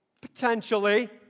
potentially